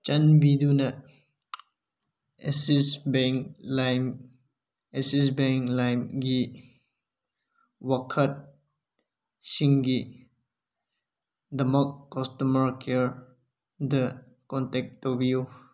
ꯆꯥꯟꯕꯤꯗꯨꯅ Axis Bank ꯂꯥꯏꯝ Axis Bank ꯂꯥꯏꯝꯒꯤ ꯋꯥꯀꯠꯁꯤꯡꯒꯤꯗꯃꯛ ꯀꯁꯇꯃꯔ ꯀꯤꯌꯥꯔꯗ ꯀꯣꯟꯇꯦꯛ ꯇꯧꯕꯤꯌꯨ